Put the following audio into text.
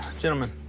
gentlemen.